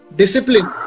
discipline